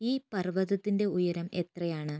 ഈ പർവ്വതത്തിൻ്റെ ഉയരം എത്രയാണ്